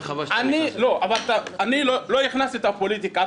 וחבל --- אני לא הכנסתי את הפוליטיקה,